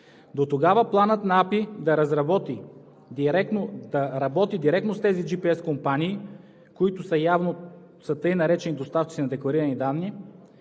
Дотогава планът на АПИ да работи директно с тези джипиес компании, които са явно така наречени доставчици на декларирани данни.